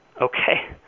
Okay